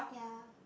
ya